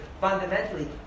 fundamentally